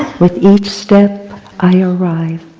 with each step i arrive,